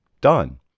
done